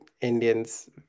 Indians